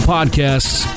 Podcasts